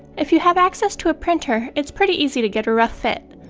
if you have access to a printer, it's pretty easy to get a rough fit.